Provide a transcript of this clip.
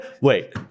Wait